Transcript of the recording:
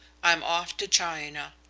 i'm off to china.